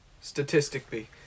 statistically